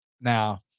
Now